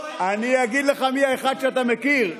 אני אגיד לך מי האחד שאתה מכיר.